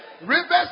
rivers